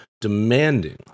demanding